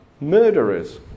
murderers